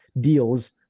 deals